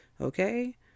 okay